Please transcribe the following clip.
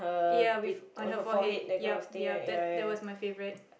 ya with on her forehead yup yup that that was my favourite